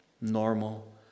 Normal